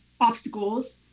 obstacles